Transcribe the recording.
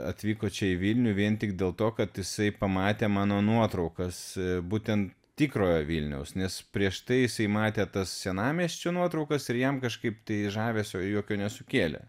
atvyko čia į vilnių vien tik dėl to kad jisai pamatė mano nuotraukas būtent tikrojo vilniaus nes prieš tai jisai matė tas senamiesčio nuotraukas ir jam kažkaip tai žavesio jokio nesukėlė